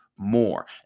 more